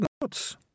notes